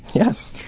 yes.